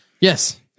Yes